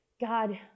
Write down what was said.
God